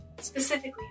specifically